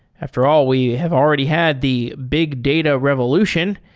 after all, we have already had the big data revolution,